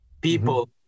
people